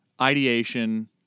ideation